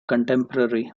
contemporary